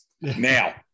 Now